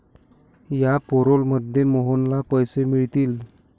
या पॅरोलमध्ये मोहनला पैसे मिळतील